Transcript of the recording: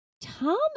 Tom